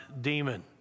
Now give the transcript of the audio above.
demon